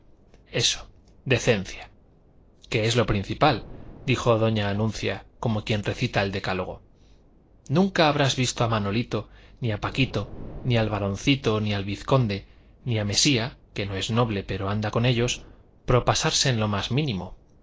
eso decencia que es lo principal dijo doña anuncia como quien recita el decálogo nunca habrás visto a manolito ni a paquito ni al baroncito ni al vizconde ni a mesía que no es noble pero anda con ellos propasarse en lo más mínimo